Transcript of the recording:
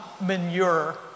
manure